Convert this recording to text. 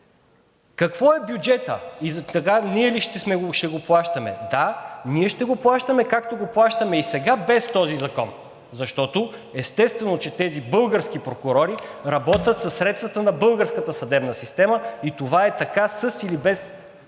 Какво е бюджетът и ние ли ще го плащаме? Да, ние ще го плащаме, както го плащаме и сега без този закон. Защото естествено, че тези български прокурори работят със средствата на българската съдебна система и това е така със или без